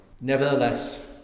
Nevertheless